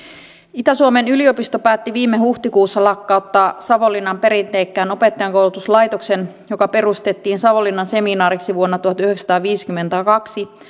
itä suomen yliopisto päätti viime huhtikuussa lakkauttaa savonlinnan perinteikkään opettajankoulutuslaitoksen joka perustettiin savonlinnan seminaariksi vuonna tuhatyhdeksänsataaviisikymmentäkaksi